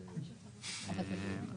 אז מסתבר שכן.